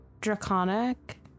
Draconic